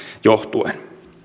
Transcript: johtuen